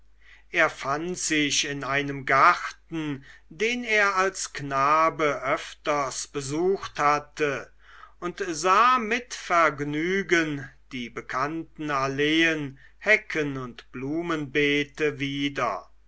er fand sich in einem garten den er als knabe öfters besucht hatte und sah mit vergnügen die bekannten alleen hecken und blumenbeete wieder